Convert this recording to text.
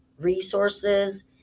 resources